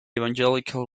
evangelical